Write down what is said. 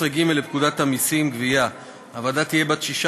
ולהכנה לקריאה שנייה ושלישית.